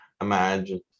imagine